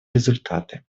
результаты